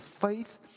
Faith